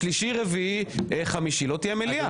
שלישי, רביעי, חמישי, לא תהיה מליאה.